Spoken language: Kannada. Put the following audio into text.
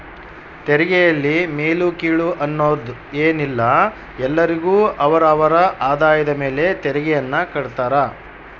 ತೆರಿಗೆಯಲ್ಲಿ ಮೇಲು ಕೀಳು ಅನ್ನೋದ್ ಏನಿಲ್ಲ ಎಲ್ಲರಿಗು ಅವರ ಅವರ ಆದಾಯದ ಮೇಲೆ ತೆರಿಗೆಯನ್ನ ಕಡ್ತಾರ